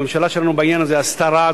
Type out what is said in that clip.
הממשלה שלנו, בעניין הזה, עשתה רע.